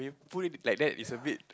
put it like that is a bit